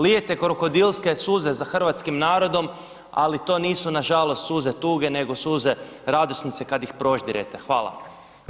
Lijete krokodilske suze za hrvatskim narodom, ali to nisu nažalost suze nego suze radosnice kada ih proždirete.